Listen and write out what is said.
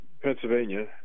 Pennsylvania